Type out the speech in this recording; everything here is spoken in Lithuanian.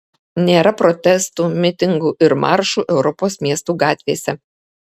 nėra protestų mitingų ir maršų europos miestų gatvėse